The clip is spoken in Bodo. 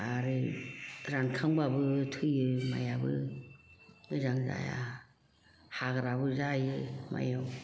आरो रानखांबाबो थैयो माइआबो मोजां जाया हाग्राबो जायो माइयाव